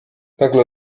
nagle